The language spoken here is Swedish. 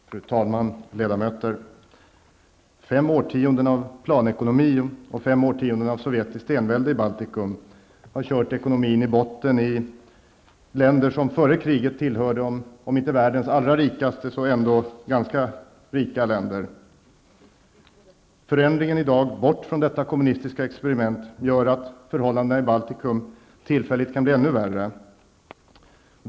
Fru talman, ledamöter! Fem årtionden av planekonomi och fem årtionden av sovjetiskt envälde i Baltikum har kört ekonomin i botten i länder som före kriget tillhörde världens, om inte rikaste så ändå rikare del. Förändringen bort från detta kommunistiska experiment gör att förhållandena i Baltikum tillfälligt kan bli ännu värre.